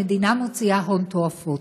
המדינה מוציאה הון תועפות.